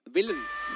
Villains